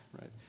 right